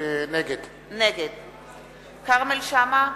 נגד כרמל שאמה,